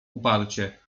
uparcie